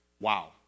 Wow